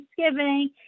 Thanksgiving